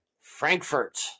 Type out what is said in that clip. Frankfurt